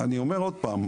אני אומר עוד פעם.